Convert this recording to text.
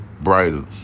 brighter